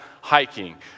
hiking